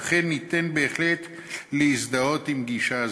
ואכן, ניתן בהחלט להזדהות עם גישה זו.